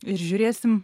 ir žiūrėsim